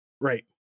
right